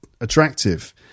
attractive